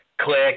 click